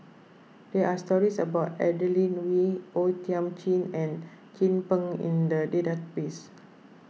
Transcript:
there are stories about Adeline Ooi O Thiam Chin and Chin Peng in the database